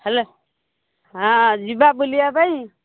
hello ହଁ ଯିବା ବୁଲିବା ପାଇଁ